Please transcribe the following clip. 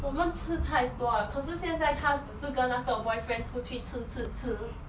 我们吃太多了可是现在她只是跟那个 boyfriend 出去吃吃吃